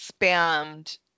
spammed